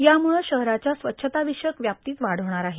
यामुळे शहराच्या स्वच्छता विषयक व्याप्तीत वाढ होणार आहे